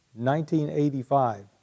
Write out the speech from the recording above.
1985